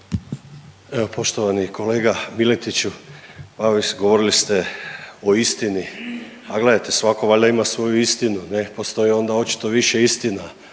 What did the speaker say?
Evo poštovani kolega Miletiću, govorili ste o istini. Pa gledajte, svatko valjda ima svoju istinu. Postoji onda očito više istina.